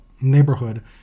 neighborhood